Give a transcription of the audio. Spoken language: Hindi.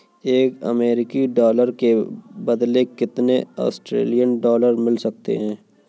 एक अमेरिकी डॉलर के बदले कितने ऑस्ट्रेलियाई डॉलर मिल सकते हैं?